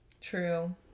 True